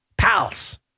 Pals